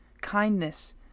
kindness